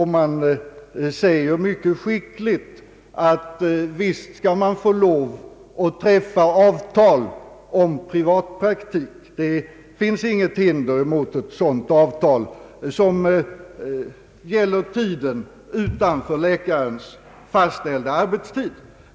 Där sägs mycket skickligt att man visst skall få lov att träffa avtal om privatpraktik. Det finns inga hinder mot ett sådant avtal, som gäller tiden utanför läkarens fastställda arbetstid.